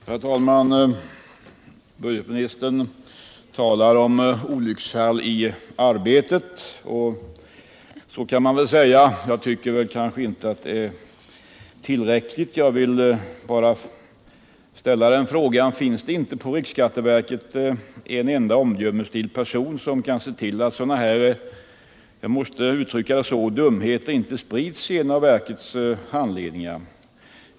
Herr talman! Budgetministern talar om olycksfall i arbetet. och så kan man väl säga. Jag tycker kanske inte att det är tillräckligt, och jag vill ställa frågan: Finns det inte på riksskatteverket en enda omdömesgill person som kan se till alt sådana här — jag måste uttrycka det så — dumheter inte sprids i en av verkets handledningar?